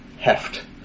heft